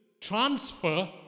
transfer